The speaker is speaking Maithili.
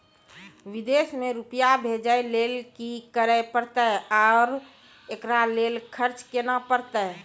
विदेश मे रुपिया भेजैय लेल कि करे परतै और एकरा लेल खर्च केना परतै?